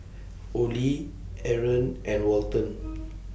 Ollie Aron and Walton